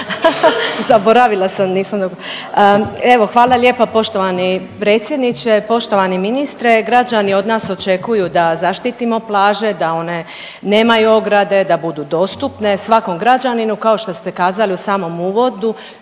Zaboravila sam. Evo hvala lijepa poštovani predsjedniče. Poštovani ministre. Građani od nas očekuju da zaštitimo plaže, da one nemaju ograde, da budu dostupne svakom građaninu kao što ste kazali u samom uvodu